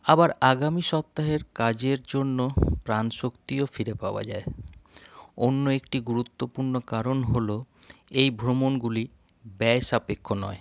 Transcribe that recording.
আবার আগামী সপ্তাহের কাজের জন্য প্রাণশক্তিও ফিরে পাওয়া যায় অন্য একটি গুরুত্বপূর্ণ কারণ হল এই ভ্রমণগুলি ব্যয়সাপেক্ষ নয়